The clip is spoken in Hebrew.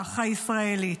ברוח הישראלית,